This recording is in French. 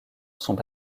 sont